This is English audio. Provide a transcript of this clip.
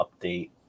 update